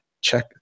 check